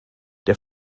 der